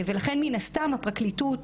לכן מן הסתם הפרקליטות,